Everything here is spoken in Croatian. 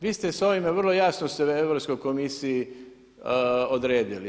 Vi ste s ovim vrlo jasno Europskoj komisiji odredili.